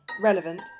relevant